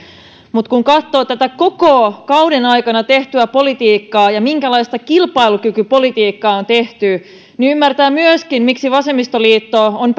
mutta kun katsoo tätä koko kauden aikana tehtyä politiikkaa ja sitä minkälaista kilpailukykypolitiikkaa on tehty niin ymmärtää myöskin miksi vasemmistoliitto on